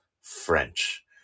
French